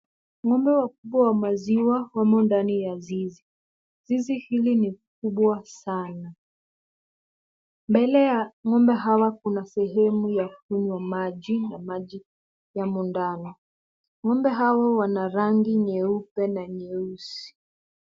Ng'ombe wakubwa wa maziwa wamo ndani ya zizi. Zizi hili ni kubwa sana. Mbele ya ng'ombe hawa kuna sehemu ya kunywa maji na maji yamo ndani. Ng'ombe hao wana rangi nyeupe na nyeusi.